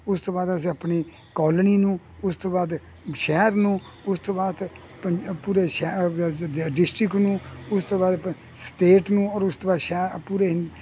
ਉਸ ਤੋਂ ਬਾਅਦ ਅਸੀਂ ਆਪਣੀ ਕੋਲਣੀ ਨੂੰ ਉਸ ਤੋਂ ਬਾਅਦ ਸ਼ਹਿਰ ਨੂੰ ਉਸ ਤੋਂ ਬਾਅਦ ਪੰ ਪੂਰੇ ਸ਼ਹ ਡਿਸਟ੍ਰਿਕਟ ਨੂੰ ਉਸ ਤੋਂ ਬਾਅਦ ਸਟੇਟ ਨੂੰ ਔਰ ਉਸ ਤੋਂ ਬਾਅਦ ਸ਼ਹਿ ਪੂਰੇ